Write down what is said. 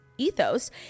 ethos